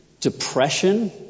depression